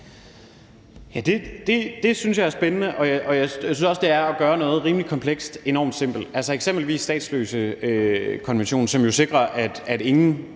(S): Det synes jeg er spændende, og jeg synes også, det er at gøre noget rimelig komplekst enormt simpelt. Hvis vi eksempelvis tager statsløsekonventionen, som jo sikrer, at ingen